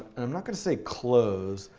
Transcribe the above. i'm not going to say close,